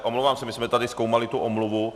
Omlouvám se, my jsme tady zkoumali tu omluvu.